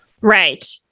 Right